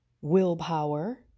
willpower